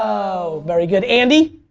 ah very good. andy,